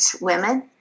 women